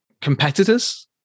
competitors